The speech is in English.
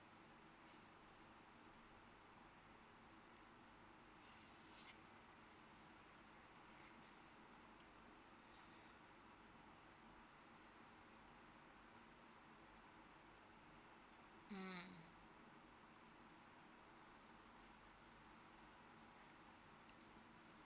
mm